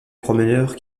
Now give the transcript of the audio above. promeneurs